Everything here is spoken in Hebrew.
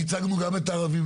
ייצגנו גם את הערבים,